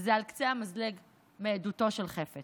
וזה על קצה המזלג מעדותו של חפץ.